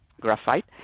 graphite